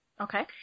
Okay